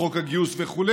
חוק הגיוס וכו',